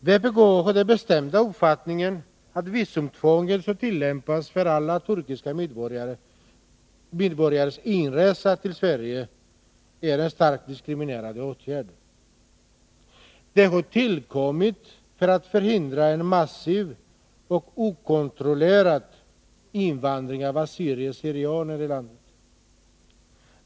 Vpk har den bestämda uppfattningen att det visumtvång som tillämpas för alla turkiska medborgares inresa till Sverige är en starkt diskriminerande åtgärd. Den har tillkommit för att förhindra en massiv och okontrollerad invandring av assyrier/syrianer i landet.